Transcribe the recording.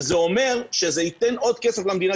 זה אומר שזה ייתן עוד כסף למדינה,